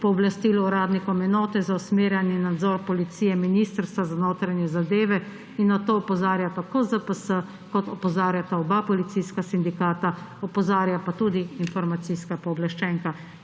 pooblastil uradnikom enote za usmerjanje in nadzor policije Ministrstva za notranje zadeve. In na to opozarja tako ZPS kot opozarjata oba policijska sindikata, opozarja pa tudi informacijska pooblaščenka.